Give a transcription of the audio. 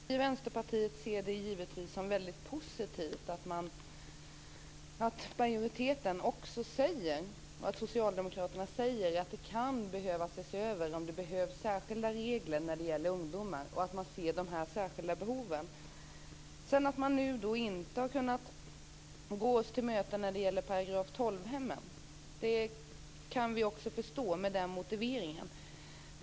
Herr talman! Vi i Vänsterpartiet ser det givetvis som mycket positivt att Socialdemokraterna och utskottsmajoriteten säger att man kan behöva se över om det behövs särskilda regler när det gäller ungdomar och att man ser dessa särskilda behov. Att man inte har kunnat gå oss till mötes när det gäller § 12-hemmen kan vi förstå, med tanke på motiveringen.